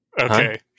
Okay